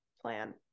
plan